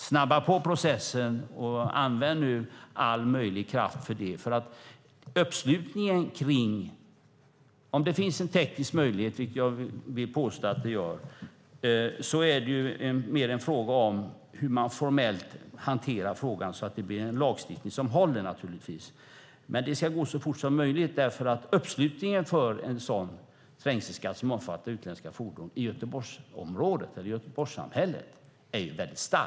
Snabba på processen och använd all kraft till det. Om det finns en teknisk möjlighet, vilket jag vill påstå att det gör, är det mer en fråga om hur man formellt hanterar frågan så att det blir en lagstiftning som håller. Det ska gå så fort som möjligt. Uppslutningen i Göteborgssamhället för en trängselskatt som omfattar utländska fordon är stor.